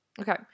Okay